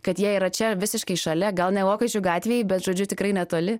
kad jie yra čia visiškai šalia gal ne vokiečių gatvėj bet žodžiu tikrai netoli